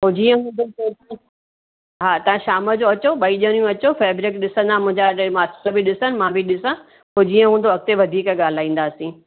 पोइ जीअं हूंदो हा तव्हां शाम जो अचो ॿई ॼणियूं अचो फेब्रिक ॾिसंदा मुंहिंजा मास्टर बि ॾिसन मां बि ॾिसां पोइ जीअं हूंदो अॻिते वधीक ॻाल्हाईंदासीं